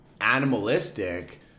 animalistic